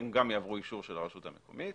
הם גם יעברו אישור של הרשות המקומית.